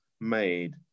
made